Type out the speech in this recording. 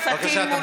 (קוראת בשם חבר הכנסת) פטין מולא,